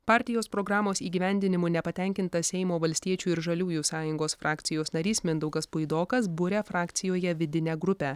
partijos programos įgyvendinimu nepatenkintas seimo valstiečių ir žaliųjų sąjungos frakcijos narys mindaugas puidokas buria frakcijoje vidinę grupę